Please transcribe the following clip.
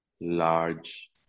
large